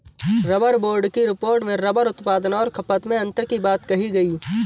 rubber board की report में rubber उत्पादन और खपत में अन्तर की बात कही गई